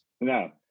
No